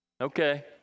Okay